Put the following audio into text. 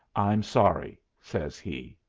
i'm sorry, says he.